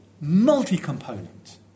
multi-component